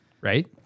Right